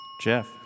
Jeff